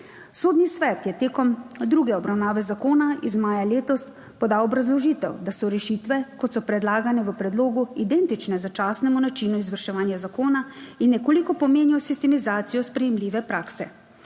Sodni svet je tekom druge obravnave zakona iz maja letos podal obrazložitev, da so rešitve, kot so predlagane v predlogu, identične začasnemu načinu izvrševanja zakona in nekoliko pomenijo sistemizacijo sprejemljive prakse.